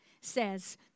says